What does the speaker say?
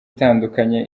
itandukanye